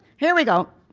here we go,